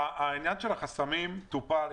עניין החסמים טופל.